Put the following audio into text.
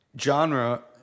genre